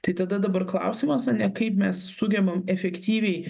tai tada dabar klausimas ane kaip mes sugebam efektyviai